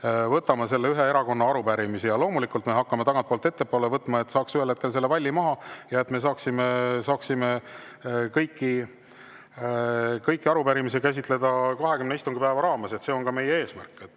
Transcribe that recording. vastu selle ühe erakonna arupärimisi. Ja loomulikult me hakkame tagantpoolt ettepoole võtma, et saaks ühel hetkel selle valli maha ja me saaks kõiki arupärimisi käsitleda 20 istungipäeva [tähtaja] piires. See on ka meie eesmärk.